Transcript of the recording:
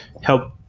help